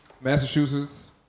Massachusetts